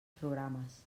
programes